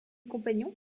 compagnons